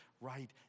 right